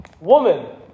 woman